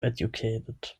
educated